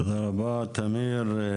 תודה רבה תמיר.